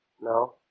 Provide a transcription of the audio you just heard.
No